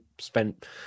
spent